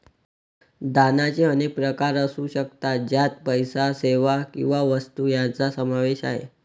दानाचे अनेक प्रकार असू शकतात, ज्यात पैसा, सेवा किंवा वस्तू यांचा समावेश आहे